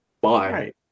bye